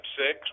six